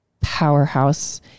powerhouse